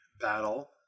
battle